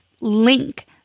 link